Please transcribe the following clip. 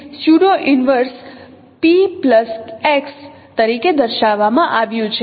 તેથી તે pseudo inverse P plus x તરીકે દર્શાવવામાં આવ્યું છે